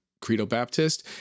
Credo-Baptist